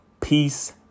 Peace